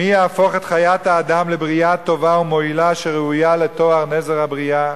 מי יהפוך את חיית האדם לברייה טובה ומועילה שראויה לתואר נזר הבריאה?